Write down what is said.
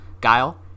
guile